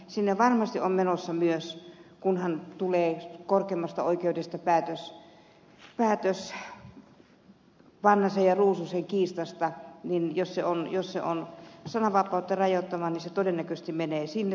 sinne varmasti on menossa mies kun kunhan tulee korkeimmasta oikeudesta päätös vanhasen ja ruususen kiistasta niin jos se on sananvapautta rajoittava niin se todennäköisesti menee sinne